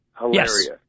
Hilarious